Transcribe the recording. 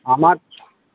আমার